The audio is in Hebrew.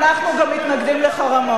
איפה היית אנחנו גם מתנגדים לחרמות,